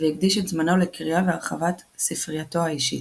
והקדיש את זמנו לקריאה והרחבת ספרייתו האישית.